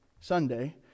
Sunday